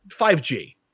5G